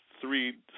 Three